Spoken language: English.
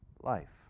life